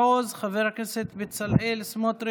חבר הכנסת אבי מעוז, חבר הכנסת בצלאל סמוטריץ'.